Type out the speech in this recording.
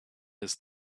his